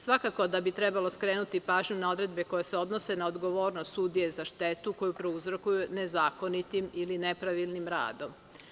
Svakako da bi trebalo skrenuti pažnju na odredbe koje se odnose na odgovornost sudije za štetu koju prouzrokuje nezakonitim ili nepravilnim radom.